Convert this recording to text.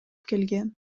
келген